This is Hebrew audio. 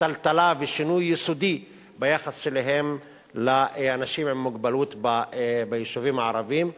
טלטלה ושינוי יסודי ביחס שלהם לאנשים עם מוגבלות ביישובים הערביים.